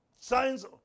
signs